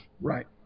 Right